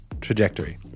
trajectory